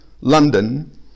london